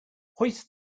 hoist